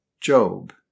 Job